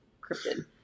cryptid